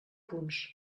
punts